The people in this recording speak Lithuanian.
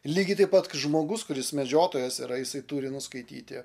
lygiai taip pat kad žmogus kuris medžiotojas yra jisai turi nuskaityti